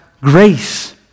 grace